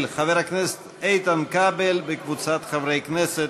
של חבר הכנסת איתן כבל וקבוצת חברי הכנסת.